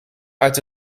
uit